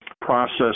process